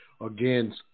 again